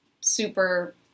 super